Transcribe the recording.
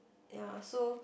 ya so